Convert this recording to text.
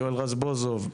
יואל רזבוזוב,